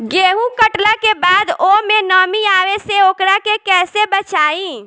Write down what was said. गेंहू कटला के बाद ओमे नमी आवे से ओकरा के कैसे बचाई?